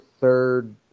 third